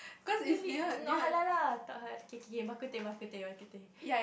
really not halal lah tak bak-kut-teh bak-kut-teh bak-kut-teh